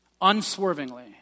Unswervingly